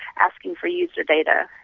asking for user data.